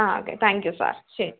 ആ okay thank you sir ശരി